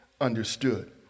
understood